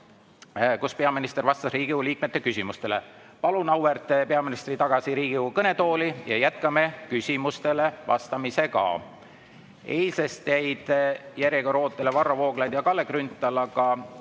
2. Peaminister vastas Riigikogu liikmete küsimustele. Palun auväärt peaministri tagasi Riigikogu kõnetooli ja jätkame küsimustele vastamisega. Eilsest jäid järjekorda ootele Varro Vooglaid ja Kalle Grünthal, aga